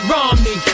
Romney